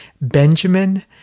Benjamin